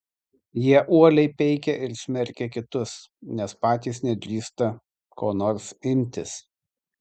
jie uoliai peikia ir smerkia kitus nes patys nedrįsta ko nors imtis